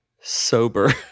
sober